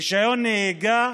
רישיון נהיגה,